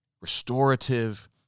restorative